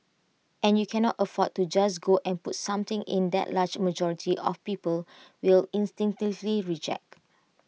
and you cannot afford to just go and put something in that A large majority of people will instinctively reject